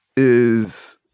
is,